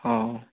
ହଁ